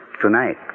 tonight